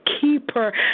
Keeper